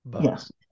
Yes